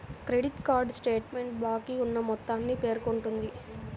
credit card statement బాకీ ఉన్న మొత్తాన్ని పేర్కొంటుంది